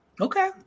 Okay